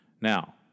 Now